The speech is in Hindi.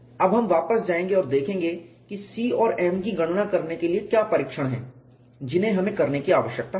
अब हम वापस जाएंगे और देखेंगे कि C और m की गणना करने के लिए क्या परीक्षण हैं जिन्हें हमें करने की आवश्यकता है